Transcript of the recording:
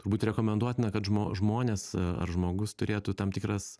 turbūt rekomenduotina kad žmonės ar žmogus turėtų tam tikras